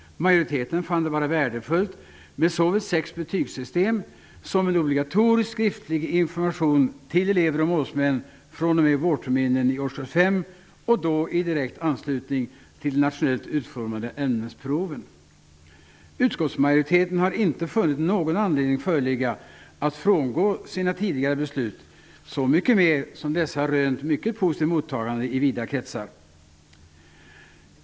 Majoriteten fann det vara värdefullt med såväl sex betygssteg som en obligatorisk skriftlig information till elever och målsmän fr.o.m. vårterminen i årskurs 5 och då i direkt anslutning till de nationellt utformade ämnesproven. Utskottsmajoriteten har inte funnit någon anledning att frångå sina tidigare beslut, bl.a. på grund av att dessa har rönt ett mycket positivt mottagande i vida kretsar.